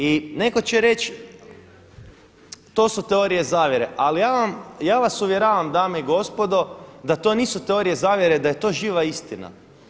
I netko će reći, to su teorije zavjere, ali ja vas uvjeravam dame i gospodo da to nisu teorije zavjere, da je to živa istina.